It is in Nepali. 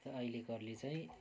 र अहिलेकोहरूले चाहिँ